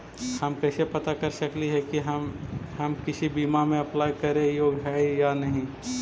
हम कैसे पता कर सकली हे की हम किसी बीमा में अप्लाई करे योग्य है या नही?